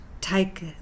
take